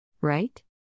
right